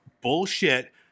bullshit